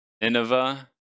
Nineveh